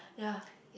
ya